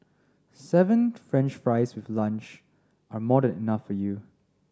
seven French fries with lunch are more than enough for you